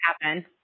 happen